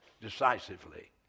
decisively